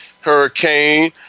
Hurricane